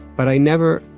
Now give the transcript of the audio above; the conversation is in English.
but i never,